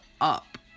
up